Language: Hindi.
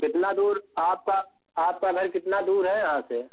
कितना दूर आपका आपका घर कितना दूर है यहाँ से